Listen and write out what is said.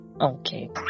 Okay